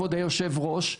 כבוד היושב-ראש,